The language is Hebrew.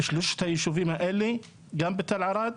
בשלושת הישובים האלה וגם בתל ערד,